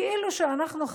כאילו שאנחנו,